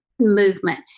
movement